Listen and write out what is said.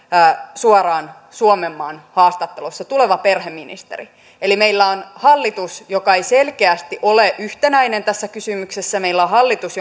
suoraan suomenmaan haastattelussa tuleva perheministeri eli meillä on hallitus joka ei selkeästi ole yhtenäinen tässä kysymyksessä meillä on hallitus